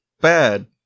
bad